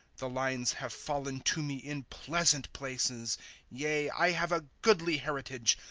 the lines have fallen to me in pleasant places yea, i have a goodly heritage.